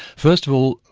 first of all,